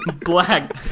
Black